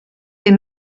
des